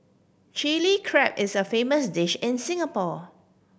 Chilli Crab is a famous dish in Singapore